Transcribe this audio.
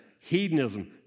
hedonism